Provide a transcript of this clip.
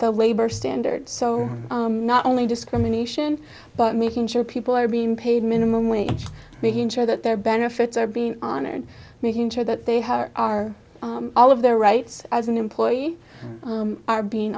the labor standards so not only discrimination but making sure people are being paid minimum wage making sure that their benefits are being honored making sure that they have are all of their rights as an employee are being